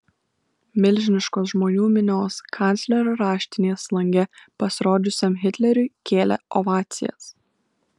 milžiniškos žmonių minios kanclerio raštinės lange pasirodžiusiam hitleriui kėlė ovacijas